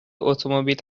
اتومبیل